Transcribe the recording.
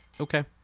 Okay